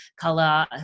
color